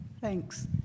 Thanks